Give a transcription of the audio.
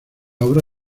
obra